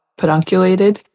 pedunculated